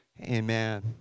Amen